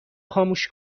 خاموش